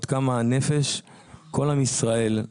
כל עם ישראל,